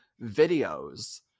videos